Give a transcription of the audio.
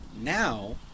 now